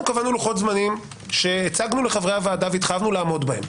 אנחנו קבענו לוחות זמנים שהצגנו לחברי הוועדה והתחייבנו לעמוד בהם,